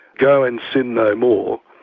go and sin no more.